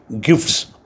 gifts